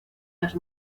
las